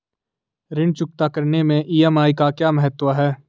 ऋण चुकता करने मैं ई.एम.आई का क्या महत्व है?